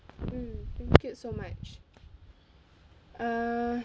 mm thank you so much err